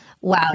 Wow